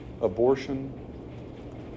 Abortion